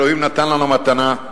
אלוהים נתן לנו מתנה,